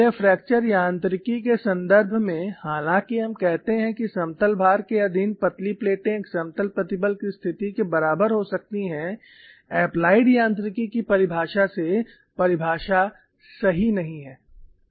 इसलिए फ्रैक्चर यांत्रिकी के संदर्भ में हालांकि हम कहते हैं कि समतल भार के अधीन पतली प्लेटें एक समतल प्रतिबल की स्थिति के बराबर हो सकती हैं एप्लाइड यांत्रिकी की परिभाषा से परिभाषा सही नहीं है